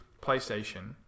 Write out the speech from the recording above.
PlayStation